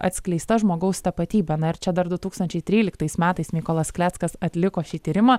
atskleista žmogaus tapatybė na ir čia dar du tūkstančiai tryliktais metais mykolas kleckas atliko šį tyrimą